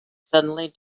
suddenly